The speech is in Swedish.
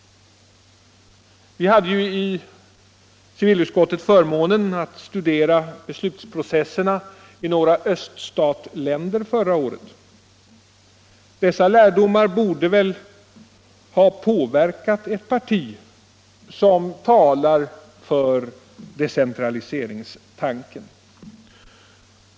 Vi hade ju i civilutskottet förmånen att studera beslutsprocesserna i några öststater förra året. Dessa lärdomar borde väl ha påverkat ett parti som talar för decentraliseringstanken.